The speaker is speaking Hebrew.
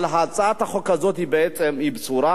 הצעת החוק הזאת היא בעצם בשורה.